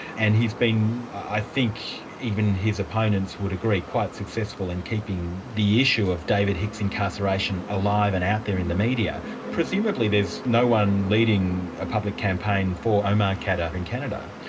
and he's been, i think even his opponents would agree, quite successful in keeping the issue of david hicks' incarceration alive and out there in the media. presumably there's no-one leading a public campaign for omar khadr in canada?